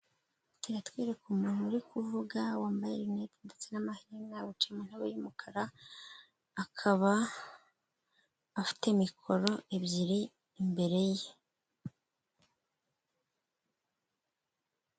Kiratwereka umuntu uri kuvuga wambaye linete ndetse n'amaherena wicaye mu ntebe y'umukara akaba afite mikoro ebyiri imbere ye.